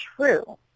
true